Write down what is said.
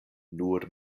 nur